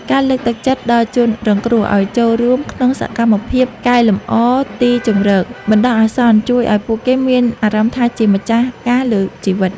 ការលើកទឹកចិត្តដល់ជនរងគ្រោះឱ្យចូលរួមក្នុងសកម្មភាពកែលម្អទីជម្រកបណ្តោះអាសន្នជួយឱ្យពួកគេមានអារម្មណ៍ថាជាម្ចាស់ការលើជីវិត។